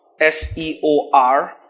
S-E-O-R